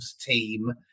team